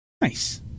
Nice